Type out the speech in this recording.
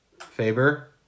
Faber